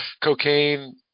cocaine